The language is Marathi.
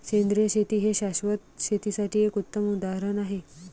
सेंद्रिय शेती हे शाश्वत शेतीसाठी एक उत्तम उदाहरण आहे